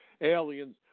Aliens